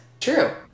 True